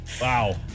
Wow